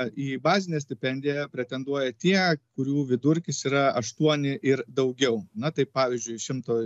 į bazinę stipendiją pretenduoja tie kurių vidurkis yra aštuoni ir daugiau na tai pavyzdžiui šimto